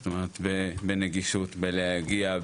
זאת אומרת בנגישות בלהגיע,